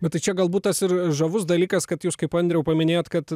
bet tai čia galbūt tas ir žavus dalykas kad jūs kaip andriau paminėjot kad